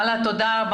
תודה.